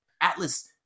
Atlas